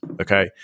okay